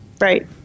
right